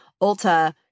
Ulta